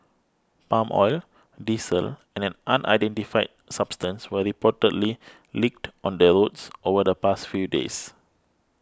palm oil diesel and an unidentified substance were reportedly leaked on the roads over the past few days